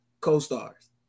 co-stars